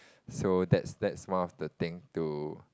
so that's that's one of the thing to